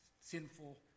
sinful